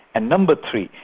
and number three,